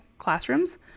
classrooms